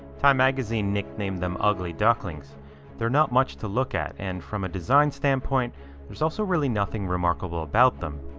time magazine nicknamed them ugly ducklings they're not much to look at and from a design standpoint there's also really nothing remarkable about them.